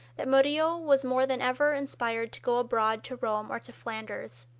that murillo was more than ever inspired to go abroad to rome or to flanders.